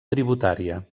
tributària